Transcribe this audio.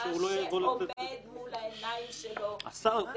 ומה שעומד מול העיניים שלו זה החוק